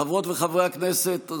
חברות וחברי הכנסת,